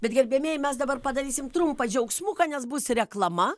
bet gerbiamieji mes dabar padarysim trumpą džiaugsmuką nes bus reklama